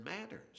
matters